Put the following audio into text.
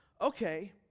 okay